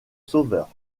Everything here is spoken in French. sauveur